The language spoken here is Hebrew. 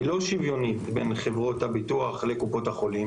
לא שוויונית בין חברות הביטוח לקופות החולים.